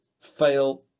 Fail